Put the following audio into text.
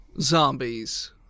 zombies